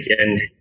again